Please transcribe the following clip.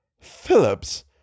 Phillips